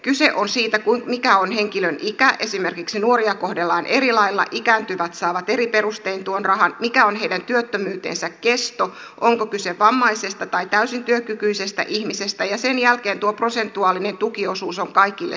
kyse on siitä mikä on henkilön ikä esimerkiksi nuoria kohdellaan eri lailla ikääntyvät saavat eri perustein tuon rahan mikä on heidän työttömyytensä kesto onko kyse vammaisesta vai täysin työkykyisestä ihmisestä ja sen jälkeen tuo prosentuaalinen tukiosuus on kaikille sama